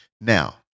Now